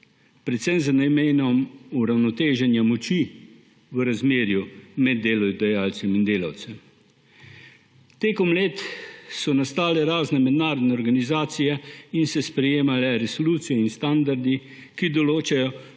predvsem z namenom uravnoteženja moči v razmerju med delodajalcem in delavcem. Tekom let so nastale razne mednarodne organizacije in se sprejemale resolucije in standardi, ki določajo